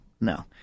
no